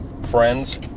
friends